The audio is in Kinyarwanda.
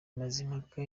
mazimhaka